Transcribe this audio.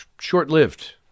short-lived